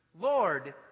Lord